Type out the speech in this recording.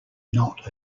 not